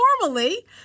normally